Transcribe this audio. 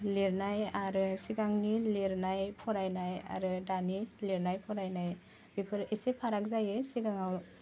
लिरनाय आरो सिगांनि लिरनाय फरायनाय आरो दानि लिरनाय फरायनाय बेफोर एसे फाराग जायो सिगाङाव